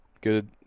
Good